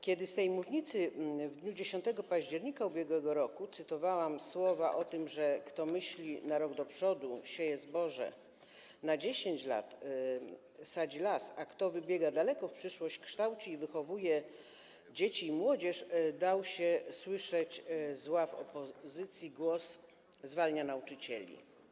Kiedy z tej mównicy w dniu 10 października ub.r. cytowałam słowa mówiące o tym, że kto myśli na rok do przodu, sieje zboże, na 10 lat - sadzi las, a kto wybiega daleko w przyszłość, kształci i wychowuje dzieci i młodzież, dał się słyszeć z ław opozycji głos: zwalnia nauczycieli.